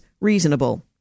reasonable